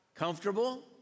Comfortable